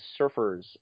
surfers